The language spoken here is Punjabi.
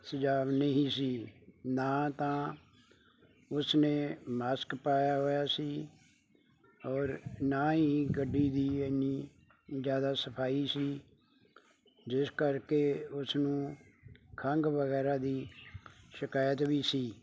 ਸੁਝਾਅ ਨਹੀਂ ਸੀ ਨਾ ਤਾਂ ਉਸਨੇ ਮਾਸਕ ਪਾਇਆ ਹੋਇਆ ਸੀ ਔਰ ਨਾ ਹੀ ਗੱਡੀ ਦੀ ਇੰਨੀ ਜ਼ਿਆਦਾ ਸਫ਼ਾਈ ਸੀ ਜਿਸ ਕਰਕੇ ਉਸਨੂੰ ਖੰਘ ਵਗੈਰਾ ਦੀ ਸ਼ਿਕਾਇਤ ਵੀ ਸੀ